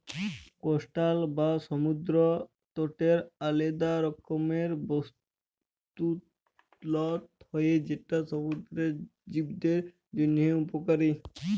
coastal বা সমুদ্দর তটের আলেদা রকমের বাস্তুতলত্র হ্যয় যেট সমুদ্দুরের জীবদের জ্যনহে উপকারী